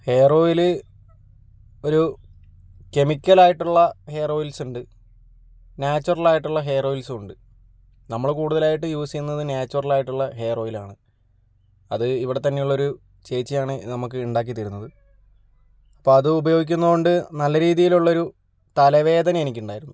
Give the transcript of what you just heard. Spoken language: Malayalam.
ഹെയറോയിൽ ഒരു കെമിക്കലായിട്ടുള്ള ഹെയർ ഓയിൽസ് ഉണ്ട് നാച്ചുറൽ ആയിട്ടുള്ള ഹെയർ ഓയിൽസുണ്ട് നമ്മൾ കൂടുതലയിട്ട് യൂസ് ചെയ്യുന്നത് നാച്ചുറലായിട്ടുള്ള ഹെയർ ഓയിൽ ആണ് അത് ഇവിടെത്തന്നെയുളൊരു ചേച്ചിയാണ് നമുക്ക് ഉണ്ടാക്കിത്തരുന്നത് ഇപ്പോൾ അത് ഉപയോഗിക്കുന്നതുകൊണ്ട് നല്ല രീതിയിലുള്ള ഒരു തലവേദന എനിക്കുണ്ടായിരുന്നു